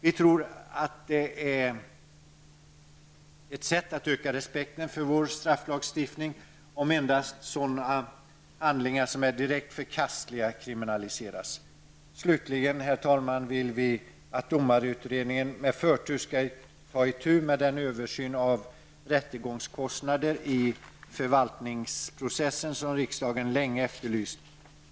Vi tror att det är ett sätt att öka respekten för vår strafflagsstiftning, om endast sådana handlingar som är direkt förkastliga kriminaliseras. Slutligen, herr talman, vill vi att domarutredningen med förtur skall ta itu med den översyn av frågan av rättegångskostnader i förvaltningsprocessen som riksdagen länge har efterlyst.